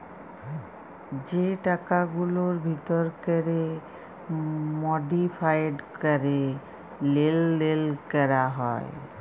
যে টাকাগুলার ভিতর ক্যরে মডিফায়েড ক্যরে লেলদেল ক্যরা হ্যয়